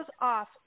off